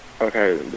okay